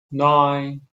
nine